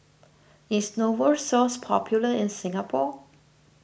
is Novosource popular in Singapore